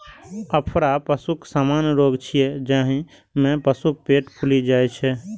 अफरा पशुक सामान्य रोग छियै, जाहि मे पशुक पेट फूलि जाइ छै